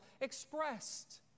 expressed